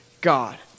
God